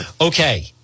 Okay